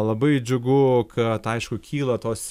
labai džiugu kad aišku kyla tos